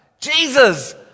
Jesus